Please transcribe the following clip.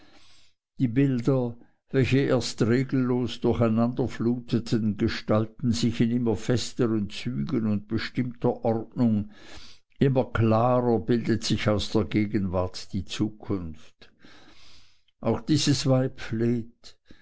die bilder welche erst regellos durcheinanderfluteten gestalten sich in immer festeren zügen und bestimmter ordnung immer klarer bildet sich aus der gegenwart die zukunft auch dieses